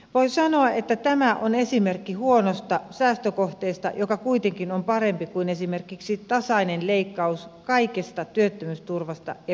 voi sanoa että tämä on esimerkki huonosta säästökohteesta joka kuitenkin on parempi kuin esimerkiksi tasainen leikkaus kaikesta työttömyysturvasta ja minimiturvasta